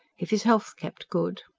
if his health kept good.